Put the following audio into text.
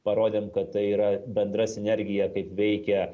parodėm kad tai yra bendra sinergija kaip veikia